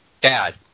Dad